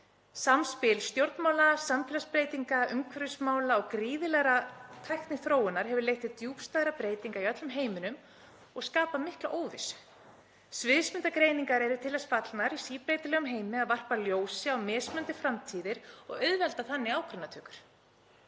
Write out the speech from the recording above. Samspil stjórnmála, samfélagsbreytinga, umhverfismála og gríðarlegrar tækniþróunar hefur leitt til djúpstæðra breytinga í öllum heiminum og skapað mikla óvissu. Sviðsmyndagreiningar eru til þess fallnar í síbreytilegum heimi að varpa ljósi á mismunandi framtíðir og auðvelda þannig ákvarðanatökur.